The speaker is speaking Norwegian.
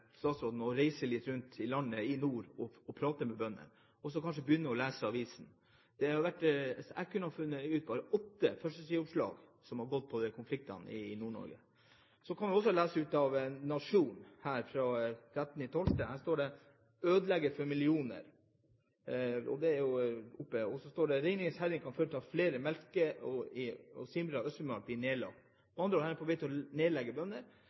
statsråden å reise litt rundt i landet i nord og prate med bøndene, og kanskje begynne å lese avisene. Jeg har funnet åtte førstesideoppslag som har gått på slike konflikter i Nord-Norge. En kan lese i Nationen 13. desember: «Ødelegger for millioner.» Og videre står det: «Reinens herjinger kan føre til at flere melkebruk i Sirma i Øst-Finnmark blir nedlagt.» Man er med andre ord på vei til å nedlegge